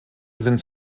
sind